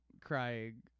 crying